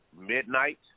Midnight